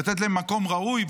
לתת להם מקום ראוי.